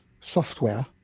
software